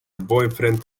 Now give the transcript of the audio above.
boyfriend